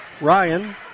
Ryan